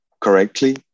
correctly